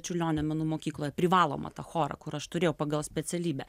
čiurlionio menų mokykloje privalomą tą chorą kur aš turėjau pagal specialybę